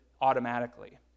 automatically